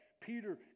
Peter